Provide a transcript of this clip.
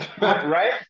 Right